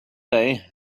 day